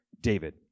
David